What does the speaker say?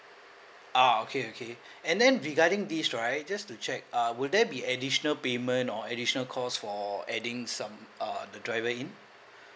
ah okay okay and then regarding this right just to check uh will there be additional payment or additional cost for some uh the driver in